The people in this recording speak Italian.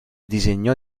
disegnò